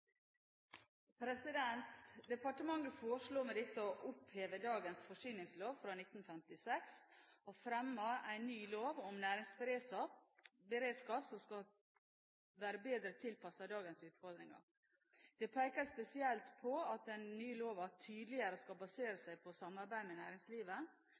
Departementet foreslår med dette å oppheve dagens forsyningslov fra 1956 og fremmer en ny lov om næringsberedskap som skal være bedre tilpasset dagens utfordringer. Det pekes spesielt på at den nye loven tydeligere skal basere seg på samarbeid med næringslivet